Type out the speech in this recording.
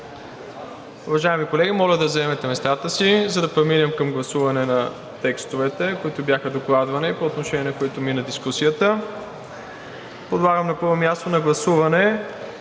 Уважаеми колеги, моля да заемете местата си, за да преминем към гласуване на текстовете, които бяха докладвани, по отношение на които мина дискусията. Подлагам на гласуване